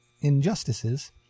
injustices